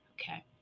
okay